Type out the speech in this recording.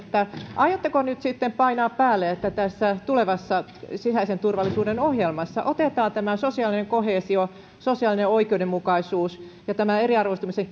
aiotteko nyt sitten painaa päälle että tässä tulevassa sisäisen turvallisuuden ohjelmassa otetaan tämä sosiaalinen koheesio sosiaalinen oikeudenmukaisuus ja tämä eriarvoistumisen